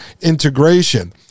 integration